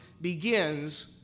begins